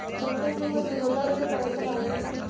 मोसंबीमंदी रोटावेटर कराच पायजे का?